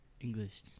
English